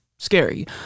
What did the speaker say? scary